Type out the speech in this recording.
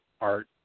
art